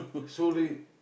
sorry